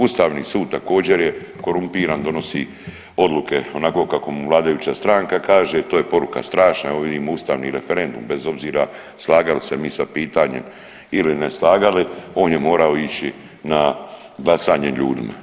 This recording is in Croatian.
Ustavni sud također je korumpiran, donosi odluke onako kako mu vladajuća stranka kaže, to je poruka strašna, evo vidim ustavni referendum bez obzira slagali se mi sa pitanjem ili ne slagali, on je morao ići na glasanje ljudima.